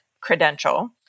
credential